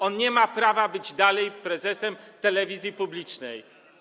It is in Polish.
On nie ma prawa być dalej prezesem telewizji publicznej.